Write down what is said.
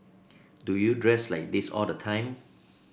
do you dress like this all the time